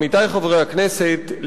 עמיתי חברי הכנסת,